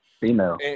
Female